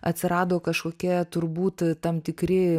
atsirado kažkokie turbūt tam tikri